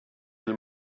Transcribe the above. del